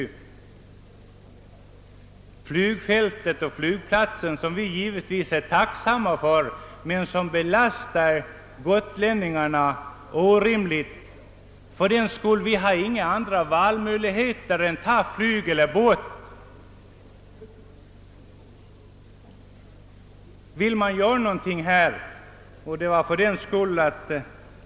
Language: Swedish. Vi är givetvis tacksamma för flygplatsen, men den belastar oss gotlänningar orimligt med hänsyn till att vi inte har något annat att välja på än att ta flyg eller båt.